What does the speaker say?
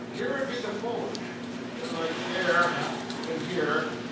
here would be the phone like there and here.